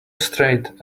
straight